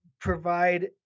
provide